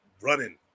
running